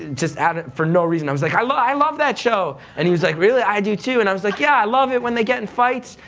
just out of, for no reason, i was like i love i love that show. and he was like really? i do, too. and i was like, yeah i love it when they get in fights,